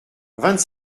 vingt